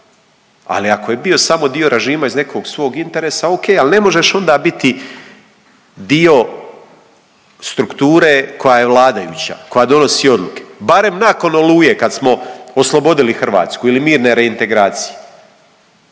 Ali ako je bio samo dio režima iz nekog svog interesa o.k. ali ne možeš onda biti dio strukture koja je vladajuća, koja donosi odluke, barem nakon Oluje kad smo oslobodili Hrvatsku ili mirne reintegracije.